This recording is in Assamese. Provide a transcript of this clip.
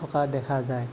থকা দেখা যায়